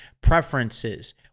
preferences